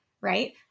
right